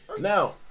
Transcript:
now